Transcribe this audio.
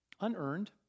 Unearned